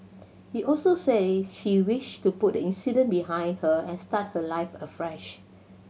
he also said she wished to put the incident behind her and start her life afresh